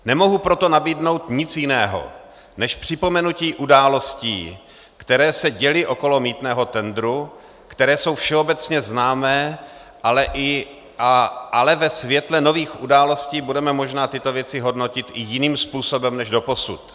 Nemohu proto nabídnout nic jiného než připomenutí událostí, které se děly okolo mýtného tendru, které jsou všeobecně známé, ale ve světle nových událostí budeme možná tyto věci hodnotit i jiným způsobem než doposud.